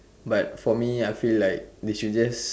but for me I feel like we should just